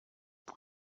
uyu